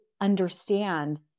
understand